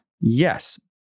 Yes